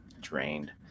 drained